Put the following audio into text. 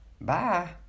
Bye